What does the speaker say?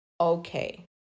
Okay